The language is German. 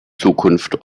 zukunft